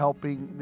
Helping